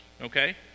okay